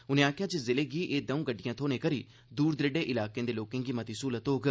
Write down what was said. उनें आक्खेआ जे जिले गी एह् दऊ गड़िडा थ्होने करी दूर दरेडे इलाकें दे लोकें गी मती सहूलत होग